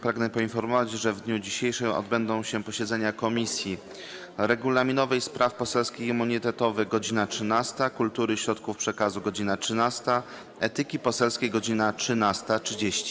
Pragnę poinformować, że w dniu dzisiejszym odbędą się posiedzenia Komisji: - Regulaminowej, Spraw Poselskich i Immunitetowych - godz. 13, - Kultury i Środków Przekazu - godz. 13, - Etyki Poselskiej - godz. 13.30.